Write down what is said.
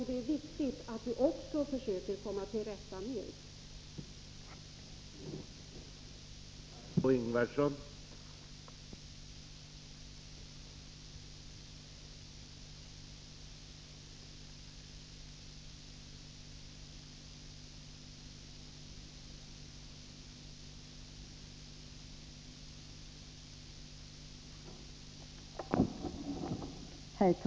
Det är viktigt att vi också försöker komma till rätta med bruket av dessa droger.